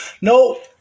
No